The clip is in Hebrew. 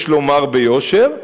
יש לומר ביושר,